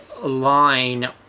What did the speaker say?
line